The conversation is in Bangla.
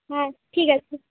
হ্যাঁ ঠিক আছে